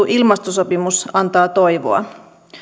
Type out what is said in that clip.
ilmastosopimus antaa toivoa